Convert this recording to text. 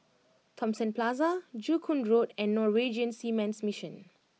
Thomson Plaza Joo Koon Road and Norwegian Seamen's Mission